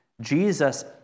Jesus